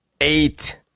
eight